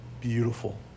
beautiful